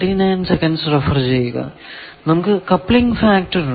നമുക്ക് coupling factor ഉണ്ട്